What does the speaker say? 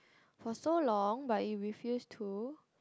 for so long but you refuse to